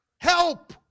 help